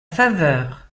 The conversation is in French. faveur